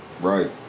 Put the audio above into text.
Right